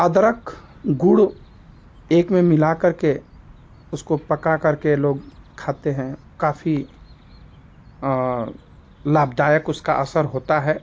अदरक गुड़ एक में मिला करके उसको पका करके लोग खाते हैं काफ़ी लाभदायक उसका असर होता है